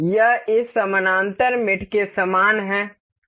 यह इस समानांतर मेट के समान है